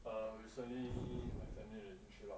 err recently my family had an issue lah